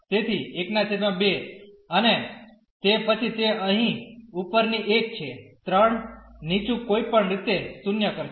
તેથી12 અને તે પછી તે અહીં ઉપરની એક છે 3 નીચું કોઈપણ રીતે 0 કરશે